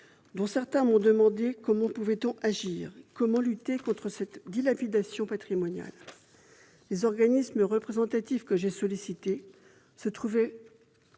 dont certains m'ont demandé comment agir, comment lutter contre cette dilapidation patrimoniale. Les organismes représentatifs que j'ai sollicités se trouvaient